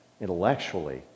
intellectually